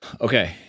Okay